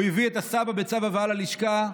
הוא הביא את הסבא בצו הבאה ללשכה,